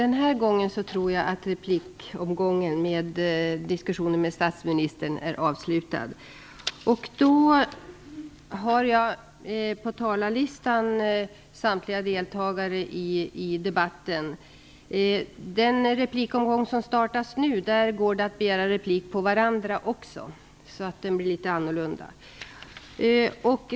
Nu har samtliga deltagare i debatten satt upp sig på talarlistan igen. I den replikomgång som nu startas kan talarna begära replik på varandra, så den blir litet annorlunda.